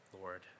Lord